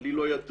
לי לא ידוע,